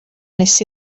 wnes